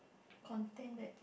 contain that